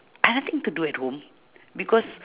I nothing to do at home because